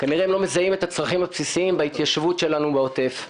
כנראה הם לא מזהים את הצרכים הבסיסיים בהתיישבות שלנו בעוטף.